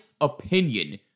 opinion